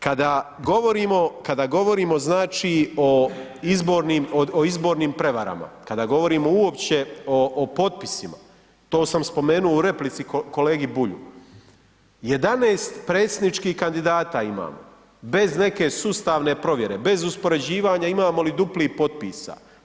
Kada govorimo o izbornim prevarama, kada govorimo uopće o potpisima, to sam spomenuo u replici kolegi Bulju, 11 predsjedničkih kandidata imamo, bez neke sustavne provjere, bez uspoređivanja imamo li duplih potpisa.